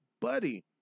buddy